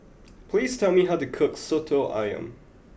please tell me how to cook Soto Ayam